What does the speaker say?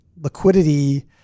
Liquidity